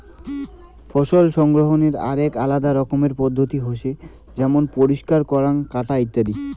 ফসল সংগ্রহনের আরাক আলাদা রকমের পদ্ধতি হসে যেমন পরিষ্কার করাঙ, কাটা ইত্যাদি